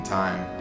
time